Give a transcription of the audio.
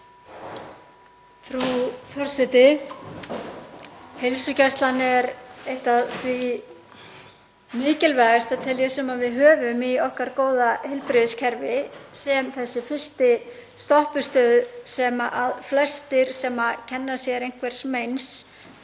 Frú forseti. Heilsugæslan er eitt af því mikilvægasta, tel ég, sem við höfum í okkar góða heilbrigðiskerfi sem þessi fyrsta stoppistöð, sem flestir sem kenna sér einhvers meins